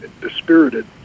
dispirited